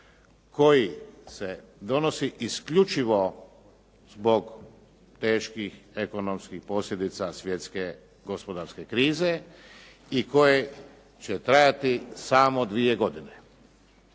koji se donosi isključivo zbog teških ekonomskih posljedica svjetske gospodarske krize i koji će trajati samo dvije godine.